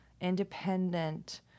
independent